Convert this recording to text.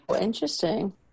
Interesting